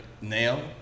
nail